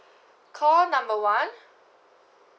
call number one